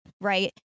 right